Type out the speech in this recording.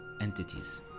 entities